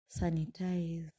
Sanitize